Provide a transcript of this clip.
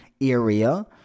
area